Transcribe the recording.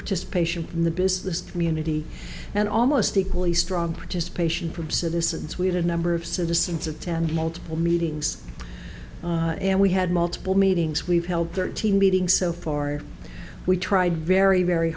protest patient in the business community and almost equally strong participation from citizens we had a number of citizens attend multiple meetings and we had multiple meetings we've held thirteen meeting so far we tried very very